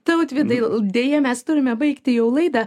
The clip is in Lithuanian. tautvydai deja mes turime baigti jau laidą